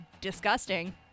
disgusting